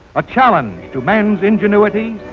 a challenge to man's ingenuity,